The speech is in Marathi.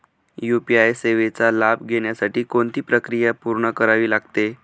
यू.पी.आय सेवेचा लाभ घेण्यासाठी कोणती प्रक्रिया पूर्ण करावी लागते?